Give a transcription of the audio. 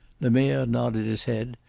lemerre nodded his head,